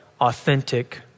authentic